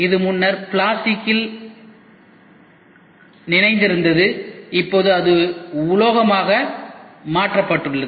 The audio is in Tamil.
இது முன்னர் பிளாஸ்டிக்கில் நினைத்திருந்தது இப்போது அது உலோகமாக மாற்றப்பட்டுள்ளது